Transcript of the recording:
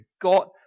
got